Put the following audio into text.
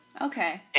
Okay